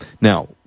Now